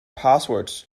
passwords